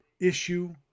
issue